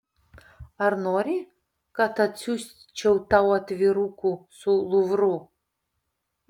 ar nori kad atsiųsčiau tau atvirukų su luvru